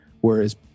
Whereas